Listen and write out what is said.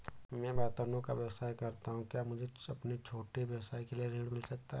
मैं बर्तनों का व्यवसाय करता हूँ क्या मुझे अपने छोटे व्यवसाय के लिए ऋण मिल सकता है?